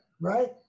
right